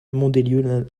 mandelieu